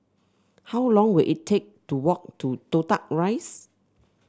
how long will it take to walk to Toh Tuck Rise